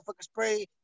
spray